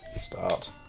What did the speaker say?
Start